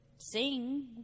sing